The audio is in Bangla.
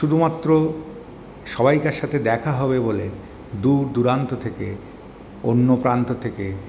শুধুমাত্র সবাইকার সাথে দেখা হবে বলে দূর দূরান্ত থেকে অন্য প্রান্ত থেকে